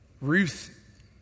Ruth